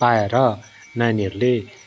पाएर नानीहरूले